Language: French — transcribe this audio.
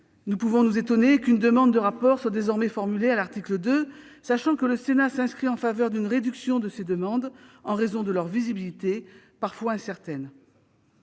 Nous pouvons nous étonner qu'une demande de rapport soit désormais formulée à l'article 2, sachant que le Sénat se prononce en faveur d'une réduction de telles demandes, en raison de leur visibilité parfois incertaine.